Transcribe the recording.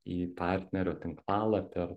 į partnerio tinklalapį ar